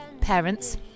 parents